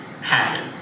happen